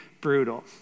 brutal